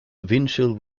winchell